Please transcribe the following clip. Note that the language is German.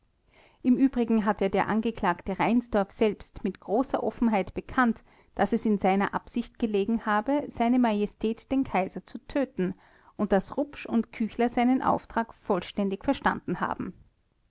im übrigen hat ja der angeklagte reinsdorf selbst mit größter offenheit bekannt daß es in seiner absicht gelegen habe se majestät den kaiser zu töten und daß rupsch und küchler seinen auftrag vollständig verstanden haben